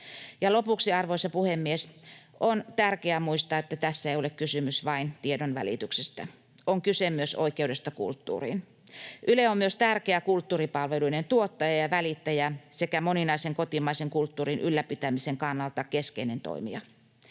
lopuksi, arvoisa puhemies: On tärkeää muistaa, että tässä ei ole kysymys vain tiedonvälityksestä. On kyse myös oikeudesta kulttuuriin. Yle on myös tärkeä kulttuuripalveluiden tuottaja ja välittäjä sekä moninaisen kotimaisen kulttuurin ylläpitämisen kannalta keskeinen toimija.